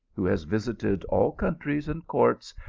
who has visited all countries and courts,